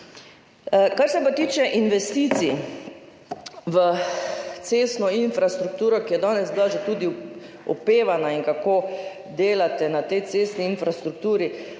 Kar se pa tiče investicij v cestno infrastrukturo, ki je danes bila že tudi opevana in kako delate na tej cestni infrastrukturi.